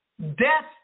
Death